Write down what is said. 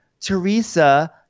Teresa